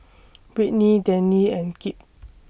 Britny Danny and Kipp